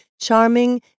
Charming